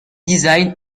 design